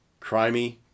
crimey